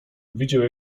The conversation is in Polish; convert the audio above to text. widział